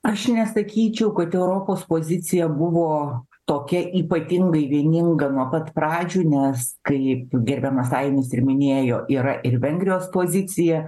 aš nesakyčiau kad europos pozicija buvo tokia ypatingai vieninga nuo pat pradžių nes kaip gerbiamas ainius ir minėjo yra ir vengrijos pozicija